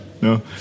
no